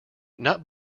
not